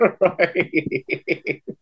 Right